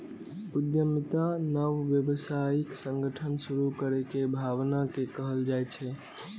उद्यमिता नव व्यावसायिक संगठन शुरू करै के भावना कें कहल जाइ छै